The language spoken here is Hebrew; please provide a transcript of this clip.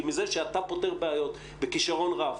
כי מזה שאתה פותר בעיות בכישרון רב,